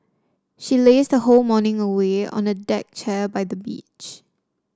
she lazed her whole morning away on a deck chair by the beach